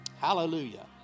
hallelujah